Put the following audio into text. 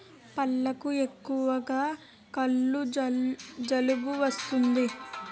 పళ్లకు ఎక్కువగా కుళ్ళు జబ్బు వస్తాది